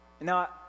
Now